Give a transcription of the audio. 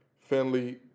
Finley